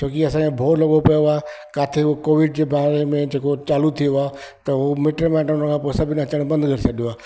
छोकी असांखे भउ लॻो पियो आहे किथे कोविड जे बारे में जेको चालू थियो आहे त उहो मिट माइटनि सभिनि अचणु बंदि करे छॾियो आहे